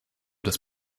des